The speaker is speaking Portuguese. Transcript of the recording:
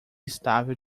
estável